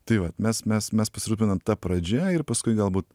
tai vat mes mes mes pasirūpinam ta pradžia ir paskui galbūt